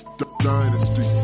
dynasty